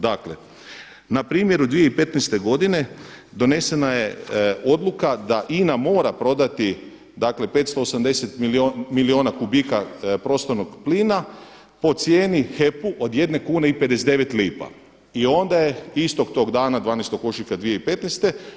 Dakle na primjeru 2015. godine donesena je odluka da INA mora prodati dakle 580 milijuna kubika prostornog plina po cijenu HEP-u od 1 kune i 59 lipa i onda je istog tog dana 12. ožujka 2015.